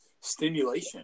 Stimulation